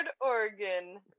Oregon